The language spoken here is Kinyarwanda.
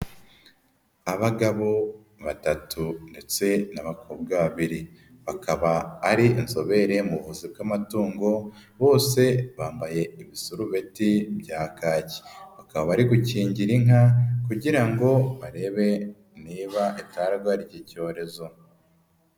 Abagabo batatu ndetse n'abakobwa babiri, bakaba ari inzobere muvuzi kamatungo, bose bambaye ibisurubeti bya kaki, bakaba bari gukingira inka kugira ngo barebe niba itarwara icyi cyorezo.